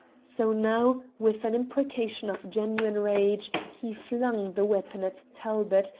so now, with an imprecation of genuine rage, he flung the weapon at talbot,